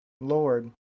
Lord